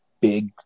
big